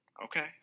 Okay